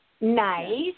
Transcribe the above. Nice